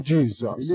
Jesus